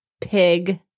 pig